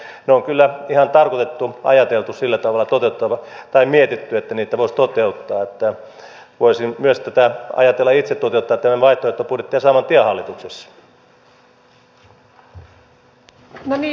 ne on kyllä sillä tavalla mietitty että niitä voisi toteuttaa voisin myös ajatella itse toteuttaa tätä vaihtoehtobudjettia saman tien hallituksessa